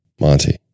Monty